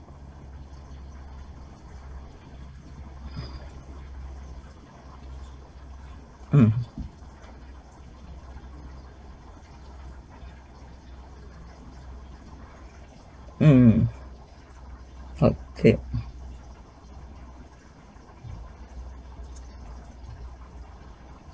mm mm okay